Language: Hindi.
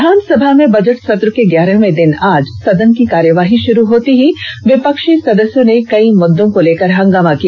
विधानसभा में बजट सत्र के ग्यारहवें दिन आज सदन की कार्यवाही शुरू होते ही विपक्षी सदस्यों ने कई मुददों को लेकर हंगामा किया